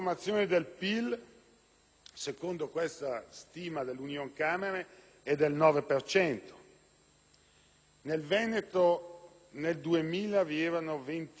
(nel Veneto nel 2000 vi erano 20.000 imprese straniere, che utilizzavano lavoratori stranieri; oggi sono 40.000, sono